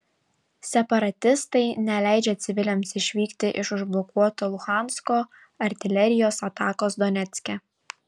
separatistai neleidžia civiliams išvykti iš užblokuoto luhansko artilerijos atakos donecke